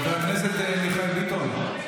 חבר הכנסת מיכאל ביטון.